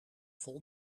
vol